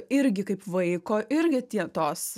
irgi kaip vaiko irgi tie tos